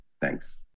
Thanks